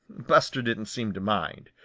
buster didn't seem to mind.